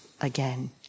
again